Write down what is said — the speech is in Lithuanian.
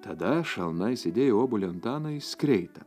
tada šalna įsidėjo obuolį antaną į skreitą